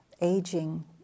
aging